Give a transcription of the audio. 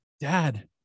Dad